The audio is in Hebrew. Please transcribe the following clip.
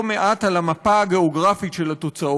לא מעט על המפה הגיאוגרפית של התוצאות.